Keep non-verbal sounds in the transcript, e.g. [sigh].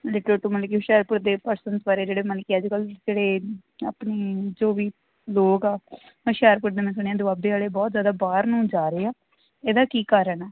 [unintelligible] ਹੁਸ਼ਿਆਰਪੁਰ ਦੇ ਪਰਸਨਸ ਬਾਰੇ ਜਿਹੜੇ ਮਤਲਬ ਅੱਜ ਕੱਲ੍ਹ ਜਿਹੜੇ ਆਪਣੇ ਜੋ ਬਈ ਲੋਕ ਆ ਹੁਸ਼ਿਆਰਪੁਰ ਦੇ ਮੈਂ ਸੁਣਿਆ ਦੁਆਬੇ ਵਾਲੇ ਬਹੁਤ ਜ਼ਿਆਦਾ ਬਾਹਰ ਨੂੰ ਜਾ ਰਹੇ ਆ ਇਹਦਾ ਕੀ ਕਾਰਨ ਆ